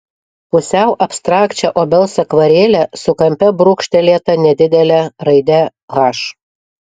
pusiau abstrakčią obels akvarelę su kampe brūkštelėta nedidele raide h